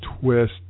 twist